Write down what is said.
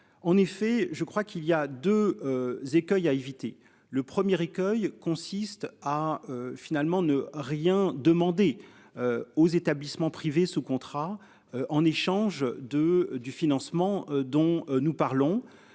en effet, je crois qu'il y a 2. Écueils à éviter le 1er écueil consiste à finalement ne rien demander. Aux établissements privés sous contrat en échange de du financement dont nous parlons.